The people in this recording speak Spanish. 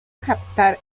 captar